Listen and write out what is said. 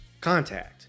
contact